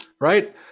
Right